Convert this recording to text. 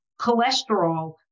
cholesterol